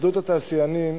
התאחדות התעשיינים